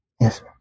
Yes